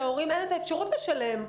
להורים אין את האפשרות לשלם.